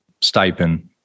stipend